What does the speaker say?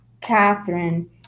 Catherine